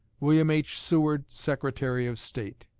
william h. seward, secretary of state.